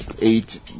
eight